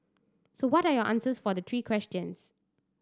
so what are your answers for the three questions